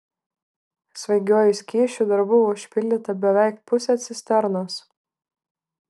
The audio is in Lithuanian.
svaigiuoju skysčiu dar buvo užpildyta beveik pusė cisternos